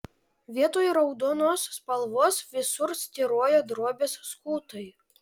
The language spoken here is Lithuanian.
vietoj raudonos spalvos visur styrojo drobės skutai